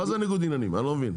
מה זה ניגוד עניינים, אני לא מבין.